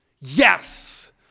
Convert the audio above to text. Yes